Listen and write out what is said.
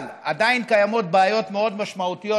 אבל עדיין קיימות בעיות מאוד משמעותיות,